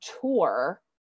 tour